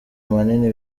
manini